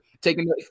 Taking